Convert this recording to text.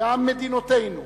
גם מדינותינו,